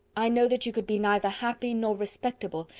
i know that you could be neither happy nor respectable,